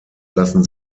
lassen